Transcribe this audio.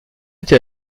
était